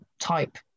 type